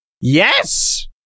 yes